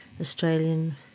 Australian